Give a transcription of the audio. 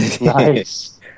Nice